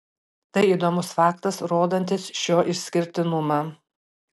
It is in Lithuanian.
tai įdomus faktas rodantis šio išskirtinumą